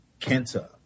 Kenta